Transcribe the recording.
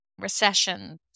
recession